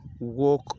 work